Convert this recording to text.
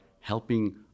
helping